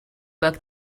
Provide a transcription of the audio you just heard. book